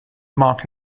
marks